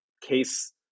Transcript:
case